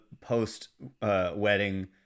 post-wedding